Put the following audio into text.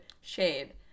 shade